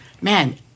man